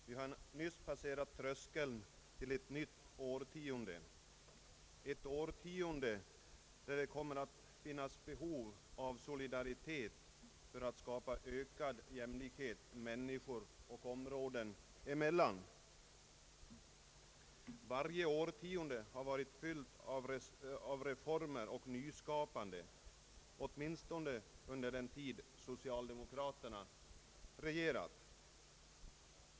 Vi har nyss passerat tröskeln till ett nytt årtionde, ett årtionde under vilket det kommer att finnas behov av solidaritet för att skapa Varje årtionde har varit fyllt av reformer och nyskapande, åtminstone under den tid socialdemokraterna regerat.